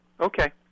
okay